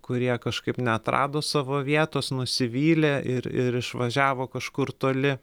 kurie kažkaip neatrado savo vietos nusivylė ir ir išvažiavo kažkur toli